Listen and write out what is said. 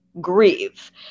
grieve